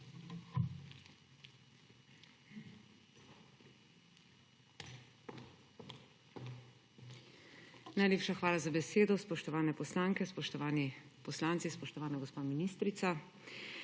Najlepša hvala za besedo. Spoštovane poslanke, spoštovani poslanci, spoštovana gospa ministrica!